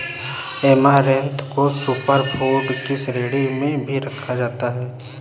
amaranth को super food की श्रेणी में भी रखा जाता है